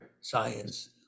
science